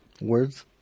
words